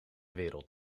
wereld